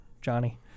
Johnny